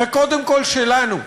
וקודם כול שלנו,